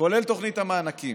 כולל תוכנית המענקים,